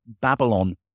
Babylon